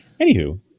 Anywho